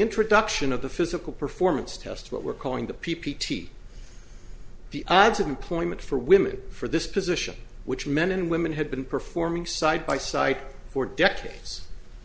introduction of the physical performance test what we're calling the p p t the odds of employment for women for this position which men and women had been performing side by side for decades